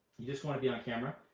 you just want to be on camera?